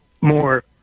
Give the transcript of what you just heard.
more